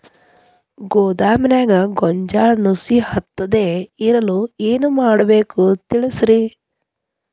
ಗೋದಾಮಿನ್ಯಾಗ ಗೋಂಜಾಳ ನುಸಿ ಹತ್ತದೇ ಇರಲು ಏನು ಮಾಡಬೇಕು ತಿಳಸ್ರಿ